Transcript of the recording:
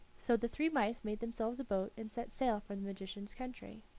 so the three mice made themselves a boat and set sail for the magician's country.